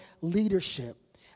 leadership